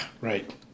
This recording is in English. right